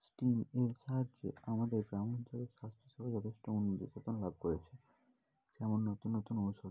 stem এর সাহায্যে আমাদের গ্রাম অঞ্চলের স্বাস্থ্যসেবা যথেষ্ট উন্নতিসাধন লাভ করেছে যেমন নতুন নতুন ঔষধ